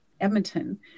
Edmonton